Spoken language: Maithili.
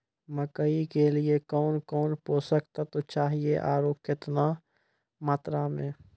मकई के लिए कौन कौन पोसक तत्व चाहिए आरु केतना मात्रा मे?